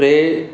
टे